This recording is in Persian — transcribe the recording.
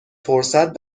فرصت